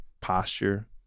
posture